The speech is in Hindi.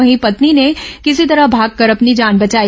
वहीं पत्नी ने किसी तरह भागकर अपनी जान बचाई